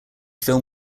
film